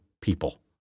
people